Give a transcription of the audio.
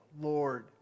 Lord